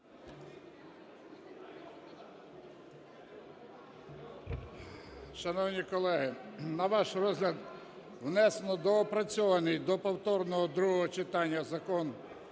Шановні колеги, на ваш розгляд внесено доопрацьований до повторного другого читання закон...